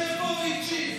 שישב פה והקשיב.